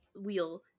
wheel